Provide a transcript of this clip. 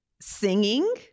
singing